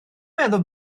meddwl